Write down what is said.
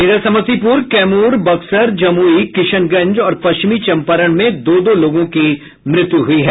इधर समस्तीपुर कैमूर बक्सर जमुई किशनगंज और पश्चिमी चंपारण में दो दो लोगों की मृत्यु हुई है